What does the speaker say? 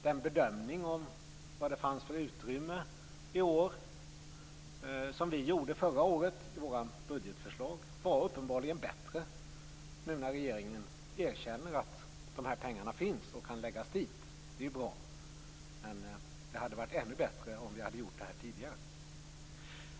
Den bedömning som Vänsterpartiet gjorde förra året i sitt budgetförslag av vilket utrymme det fanns i år var uppenbarligen bättre, eftersom regeringen nu erkänner att de här pengarna finns och kan läggas dit. Det är bra. Men det hade varit ännu bättre om vi hade gjort detta tidigare.